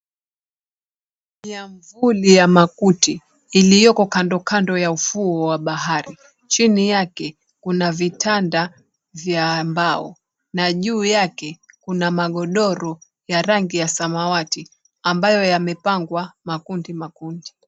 Miavuli ya makuti iliyoko kandokando ya ufuo wa bahari, chini yake kuna vitanda vya mbao na juu yake kuna magodoro ya rangi ya samawati ambayo yamepangwa makundi makundi.